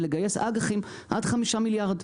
לגייס אג"חים עד חמישה מיליארד.